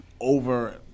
over